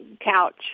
couch